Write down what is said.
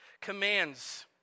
commands